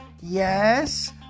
Yes